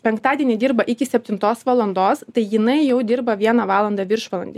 penktadienį dirba iki septintos valandos tai jinai jau dirba vieną valandą viršvalandį